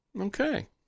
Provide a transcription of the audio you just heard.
Okay